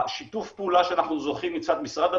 שיתוף הפעולה שאנחנו זוכים מצד משרד הבריאות,